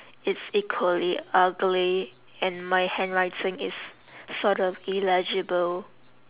it's equally ugly and my handwriting is sort of illegible